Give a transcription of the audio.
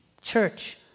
church